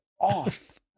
off